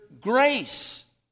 grace